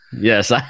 yes